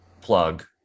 plug